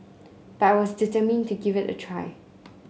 but I was determined to give it a try